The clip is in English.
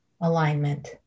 alignment